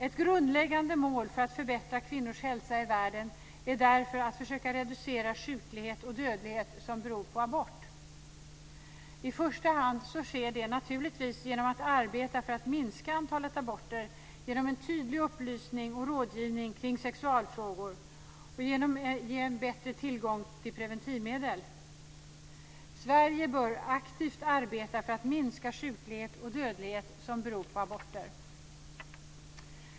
Ett grundläggande mål för att förbättra kvinnors hälsa i världen är därför att försöka reducera sjuklighet och dödlighet som beror på abort. I första hand sker det naturligtvis genom att man arbetar för att minska antalet aborter, genom en tydlig upplysning och rådgivning kring sexualfrågor och genom att man ger en bättre tillgång till preventivmedel. Sverige bör aktivt arbeta för att minska sjuklighet och dödlighet som beror på aborter.